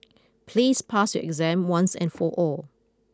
please pass your exam once and for all